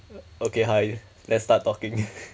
uh okay hi let's start talking